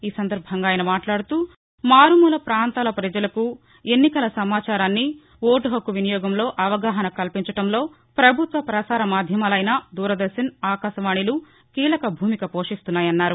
ఈ సందర్భంగా ఆయన మాట్లాడుతూమారుమూల పాంతాల ప్రపజలకు ఎన్నికల సమాచారాన్ని ఓటు హక్కు వినియోగంలో అవగాహన కల్పించడంలో ప్రభుత్వ ప్రసార మాధ్యమాలైన దూరదర్భన్ ఆకాశవాణిలు కీలక భూమిక పోషిస్తున్నాయన్నారు